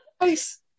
nice